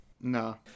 no